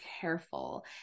careful